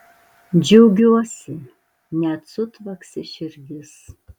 džiaugiuosi net sutvaksi širdis